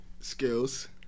Skills